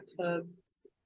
tubs